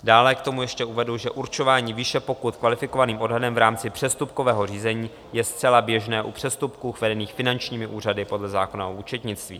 Dále k tomu ještě uvedu, že určování výše pokut kvalifikovaným odhadem v rámci přestupkového řízení je zcela běžné u přestupků vedených finančními úřady podle zákona o účetnictví.